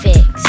Fix